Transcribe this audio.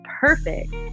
perfect